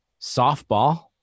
Softball